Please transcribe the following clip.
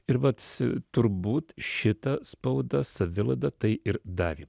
ir vat turbūt šita spauda savilaida tai ir davė